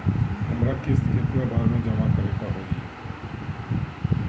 हमरा किस्त केतना बार में जमा करे के होई?